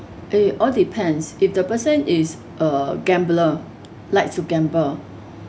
it all depends if the person is a gambler like to gamble